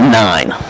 nine